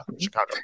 Chicago